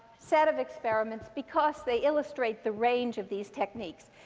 set of experiments, because they illustrate the range of these techniques.